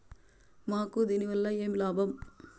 మాకు దీనివల్ల ఏమి లాభం